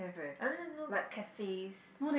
I didn't know got cafes